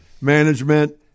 management